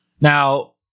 Now